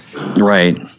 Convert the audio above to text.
right